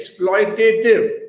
exploitative